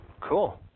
Cool